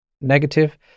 negative